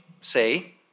say